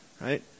right